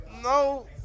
No